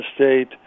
State